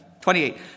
28